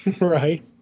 Right